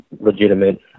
legitimate